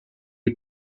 are